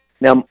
now